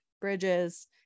bridges